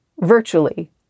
virtually